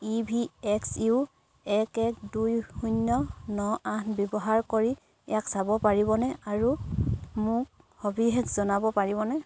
ই V X U এক এক দুই শূন্য ন আঠ ব্যৱহাৰ কৰি ইয়াক চাব পাৰিবনে আৰু মোক সবিশেষ জনাব পাৰিবনে